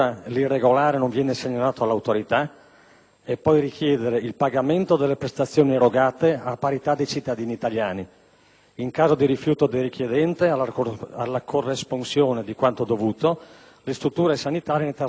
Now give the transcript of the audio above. e poi richiedere il «pagamento delle prestazioni erogate a parità dei cittadini italiani. In caso di rifiuto del richiedente alla corresponsione di quanto dovuto, le strutture sanitarie ne trasmettono segnalazione all'autorità competente».